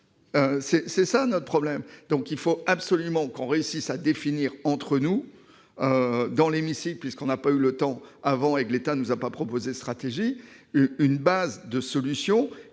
est là, notre problème ! Il faut donc absolument que l'on réussisse à définir entre nous, dans l'hémicycle, puisque l'on n'a pas eu le temps avant et que l'État ne nous a pas proposé de stratégie, une base de solution